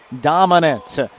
dominant